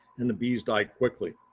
and the bees die quickly.